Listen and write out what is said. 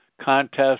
contest